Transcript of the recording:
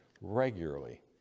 regularly